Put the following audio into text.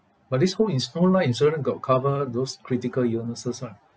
but this whole is whole life insurance got cover those critical illnesses [one] ah